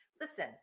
Listen